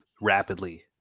rapidly